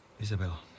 Isabel